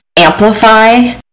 amplify